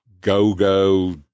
go-go